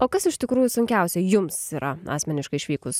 o kas iš tikrųjų sunkiausia jums yra asmeniškai išvykus